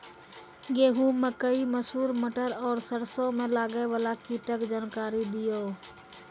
गेहूँ, मकई, मसूर, मटर आर सरसों मे लागै वाला कीटक जानकरी दियो?